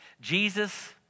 Jesus